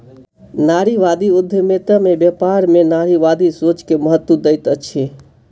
नारीवादी उद्यमिता में व्यापार में नारीवादी सोच के महत्त्व दैत अछि